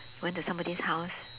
went to somebody's house